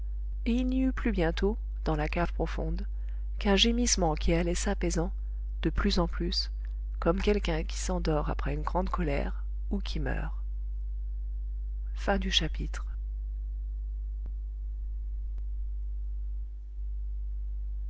et il n'y eut plus bientôt dans la cave profonde qu'un gémissement qui allait s'apaisant de plus en plus comme quelqu'un qui s'endort après une grande colère ou qui meurt